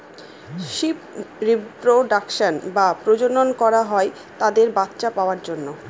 sheep reproduction বা প্রজনন করা হয় তাদের বাচ্চা পাওয়ার জন্য